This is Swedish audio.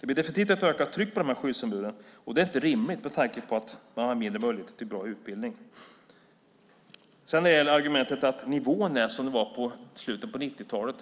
Det blir definitivt ett ökat tryck på skyddsombuden. Det är inte rimligt med tanke på minskade möjligheter till en bra utbildning. Sedan finns argumentet att nivån är som i slutet av 90-talet.